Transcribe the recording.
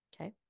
Okay